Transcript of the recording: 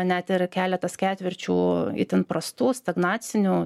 net ir keletas ketvirčių itin prastų stagnacinių